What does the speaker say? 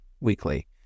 weekly